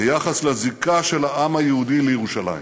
ביחס לזיקה של העם היהודי לירושלים.